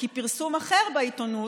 כי פרסום אחר בעיתונות,